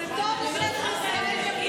זה טוב לכנסת ישראל.